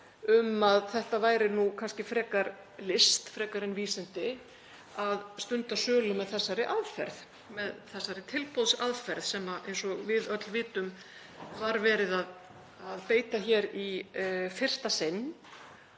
um að þetta væri nú kannski frekar list frekar en vísindi að stunda sölu með þessari aðferð, með þessari tilboðsaðferð, sem, eins og við öll vitum var verið að beita hér í fyrsta sinn.